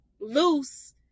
loose